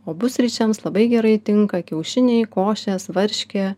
o pusryčiams labai gerai tinka kiaušiniai košės varškė